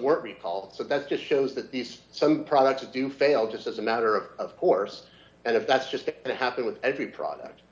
work recalls so that's just shows that these some products do fail just as a matter of course and if that's just to happen with every product